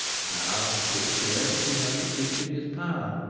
now it would appear that he has the fish in his power,